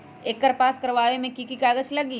एकर पास करवावे मे की की कागज लगी?